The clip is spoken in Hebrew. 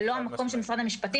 זה לא המקום של משרד המשפטים,